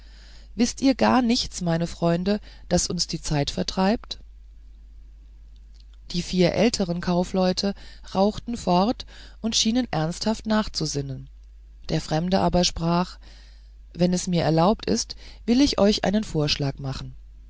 wißt ihr gar nichts meine freunde das uns die zeit vertreibt die vier älteren kaufleute rauchten fort und schienen ernsthaft nachzusinnen der fremde aber sprach wenn es mir erlaubt ist will ich euch einen vorschlag machen